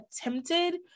attempted